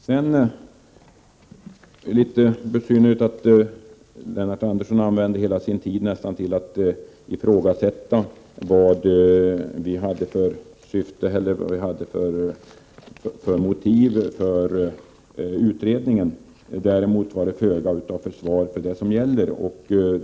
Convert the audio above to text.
Det var litet besynnerligt att Lennart Andersson använde nästan hela sin tid till att ifrågasätta våra motiv för en utredning. Däremot märktes inte mycket av försvar för det som gäller.